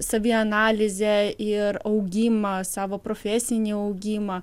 savianalizę ir augimą savo profesinį augimą